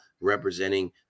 representing